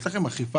יש לכם אכיפה?